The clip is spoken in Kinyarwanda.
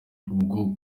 bwo